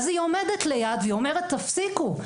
אז היא עומדת ליד, היא אומרת תפסיקו.